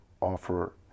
offer